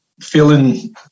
feeling